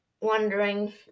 wondering